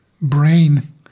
brain